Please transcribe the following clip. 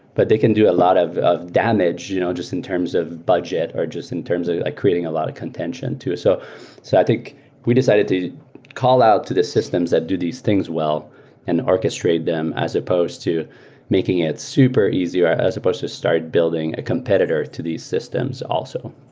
but they can do a lot of of damage you know just in terms of budget or just in terms of like creating a lot of contention too. so so i think we decided to call out to the systems that do these things well and orchestrate them as supposed to making it super easy or ah supposed to start building a competitor to these systems also.